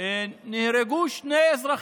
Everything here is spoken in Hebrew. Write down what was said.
נהרגו שני אזרחים: